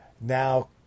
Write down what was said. Now